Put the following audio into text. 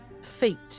feet